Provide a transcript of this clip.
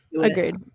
Agreed